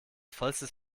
vollstes